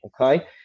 Okay